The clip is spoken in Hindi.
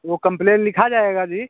वो कंप्लेन लिखा जाएगा जी